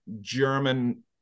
German